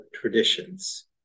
traditions